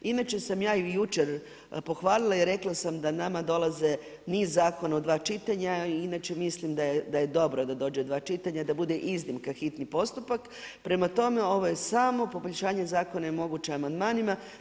Inače sam ja i jučer pohvalila i rekla sam da nama dolaze niz zakona u dva čitanja, inače mislim da je dobro da dođe dva čitanja, da bude iznimka hitni postupak, prema tome, ovo je samo poboljšanje zakona i moguće amandmanima.